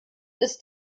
ist